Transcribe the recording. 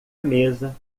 mesa